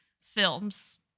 films